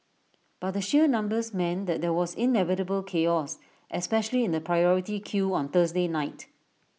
but the sheer numbers meant that there was inevitable chaos especially in the priority queue on Thursday night